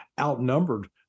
outnumbered